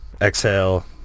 exhale